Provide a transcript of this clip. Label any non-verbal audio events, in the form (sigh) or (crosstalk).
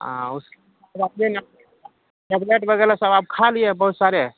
ہاں اس (unintelligible) ٹیبلٹ وغیرہ سب آپ کھا لیے بہت سارے